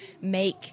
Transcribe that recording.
make